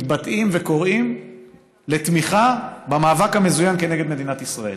מתבטאים וקוראים לתמיכה במאבק המזוין כנגד מדינת ישראל,